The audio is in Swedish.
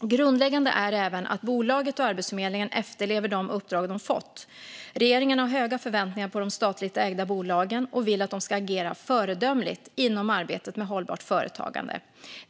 Grundläggande är även att bolaget och Arbetsförmedlingen efterlever de uppdrag de fått. Regeringen har höga förväntningar på de statligt ägda bolagen och vill att de ska agera föredömligt inom arbetet med hållbart företagande.